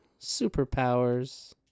superpowers